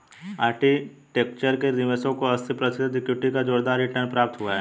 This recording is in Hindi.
आर्किटेक्चर के निवेशकों को अस्सी प्रतिशत इक्विटी का जोरदार रिटर्न प्राप्त हुआ है